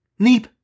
Neep